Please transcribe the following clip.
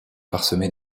parsemés